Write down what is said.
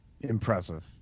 Impressive